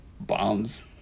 bombs